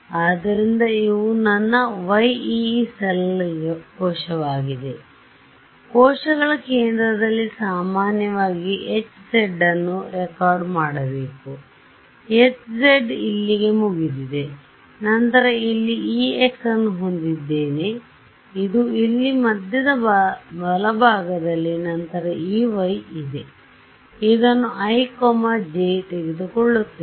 ಆದ್ದರಿಂದ ಇವು ನನ್ನ ಯೀ ಕೋಶಗಳಾಗಿವೆ ಕೋಶಗಳ ಕೇಂದ್ರದಲ್ಲಿ ಸಾಮಾನ್ಯವಾಗಿ Hz ಅನ್ನು ರೆಕಾರ್ಡ್ ಮಾಡಬೇಕು ಆದ್ದರಿಂದHz ಇಲ್ಲಿಗೆ ಮುಗಿದಿದೆ ನಂತರ ಇಲ್ಲಿ Ex ಅನ್ನು ಹೊಂದಿದ್ದೇನೆ ಅದು ಇಲ್ಲಿ ಮಧ್ಯದ ಬಲಭಾಗದಲ್ಲಿದೆ ನಂತರ Ey ಇದೆ ಇದನ್ನು i jತೆಗೆದುಕೊಳ್ಳುತ್ತೇವೆ